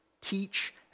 teach